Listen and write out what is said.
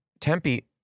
Tempe